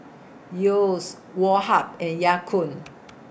Yeo's Woh Hup and Ya Kun